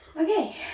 Okay